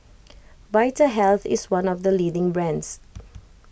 Vitahealth is one of the leading brands